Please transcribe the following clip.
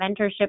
mentorship